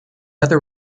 other